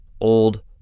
old